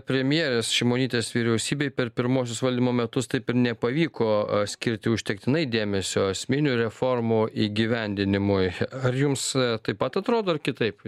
premjerės šimonytės vyriausybei per pirmuosius valdymo metus taip ir nepavyko skirti užtektinai dėmesio esminių reformų įgyvendinimui ar jums taip pat atrodo ar kitaip